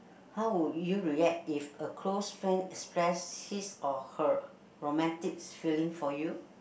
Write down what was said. how would you react if a close friend express his or her romantic feeling for you